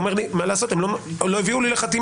הוא אומר לי מה לעשות הם לא הביאו לי לחתימה,